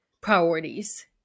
priorities